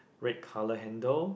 red color handle